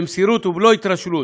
במסירות ובלא התרשלות,